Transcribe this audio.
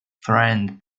friend